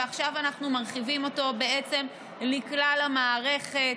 ועכשיו אנחנו מרחיבים אותו בעצם לכלל המערכת,